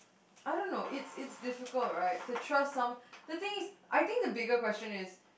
I don't know it's it's difficult right to trust some the thing is I think the bigger question is